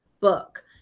book